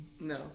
No